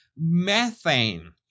methane